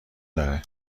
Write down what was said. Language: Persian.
داره